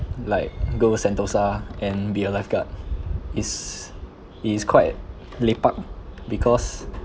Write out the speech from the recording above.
like go sentosa and be a lifeguard is is quite lepak because